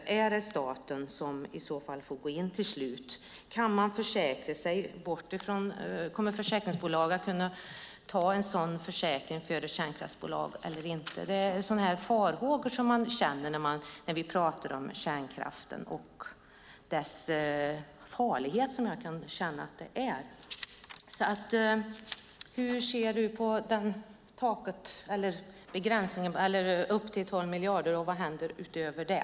Är det staten som i så fall får gå in till slut? Kommer försäkringsbolag att kunna ta en sådan försäkring för ett kärnkraftsbolag eller inte? Det är sådana farhågor man känner när vi pratar om kärnkraften och dess farlighet. Hur ser du på detta med "upp till 12 miljarder", och vad händer utöver det?